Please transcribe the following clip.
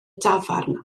dafarn